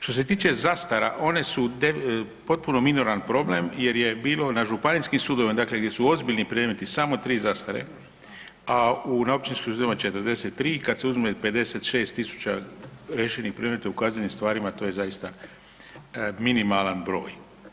Što se tiče zastara one su potpuno minoran problem jer je bilo na županijskim sudovima dakle gdje su ozbiljni predmeti samo 3 zastare, a na općinskom su bile 43 kad se uzme 56.000 riješenih predmeta u kaznenim stvarima to je zaista minimalan broj.